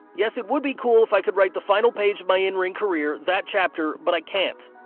yes it would be cool if i could write the final page of my in ring career, that chapter. but, i can't.